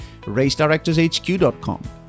racedirectorshq.com